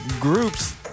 groups